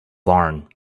barn